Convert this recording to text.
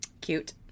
Cute